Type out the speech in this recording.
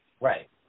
Right